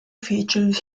featured